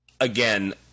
again